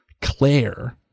Claire